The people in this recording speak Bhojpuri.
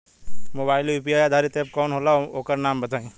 मोबाइल म यू.पी.आई आधारित एप कौन होला ओकर नाम बताईं?